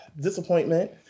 disappointment